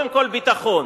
קודם כול, ביטחון.